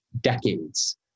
decades